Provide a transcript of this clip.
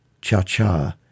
cha-cha